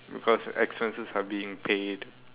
because expenses are being paid